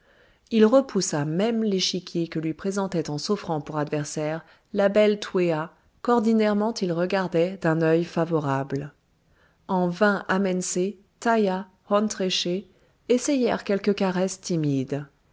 il repoussa même l'échiquier que lui présentait en s'offrant pour adversaire la belle twéa qu'ordinairement il regardait d'un œil favorable en vain amensé taïa hont reché essayèrent quelques caresses